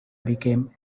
became